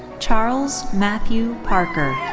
charles matthew parker.